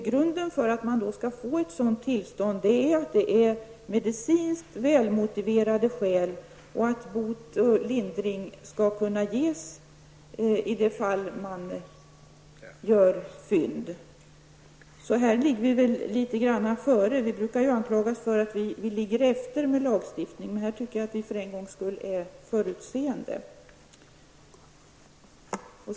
Grunden för att man skall få ett tillstånd är att det finns medicinskt välmotiverade skäl och att bot och lindring skall kunna ges i de fall där man gör fynd. Så här ligger vi litet före. Vi brukar ju anklagas för att ligga efter med lagstiftning, men här har vi för en gångs skull varit förutseende.